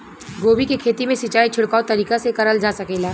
गोभी के खेती में सिचाई छिड़काव तरीका से क़रल जा सकेला?